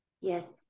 yes